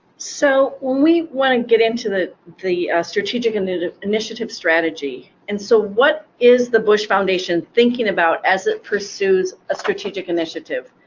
so we want to get into the the strategic initiative initiative strategy and so, what is the bush foundation thinking about as it pursues a strategic initiative?